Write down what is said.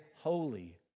holy